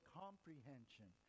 comprehension